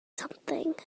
something